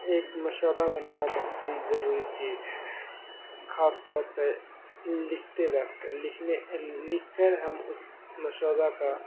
ایک مسودہ بنانا بہت ہی ضروری چیز ہے خاص طور پہ لکھتے وقت لکھنے لکھ کر ہم اس مسودہ کا